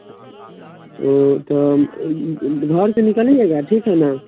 वह तो आधार से निकल ही जाएगा ठीक है ना